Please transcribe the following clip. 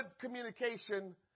communication